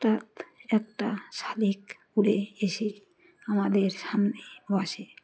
অঠাৎ একটা শালিক উড়ে এসে আমাদের সামনে বসে